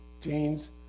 teens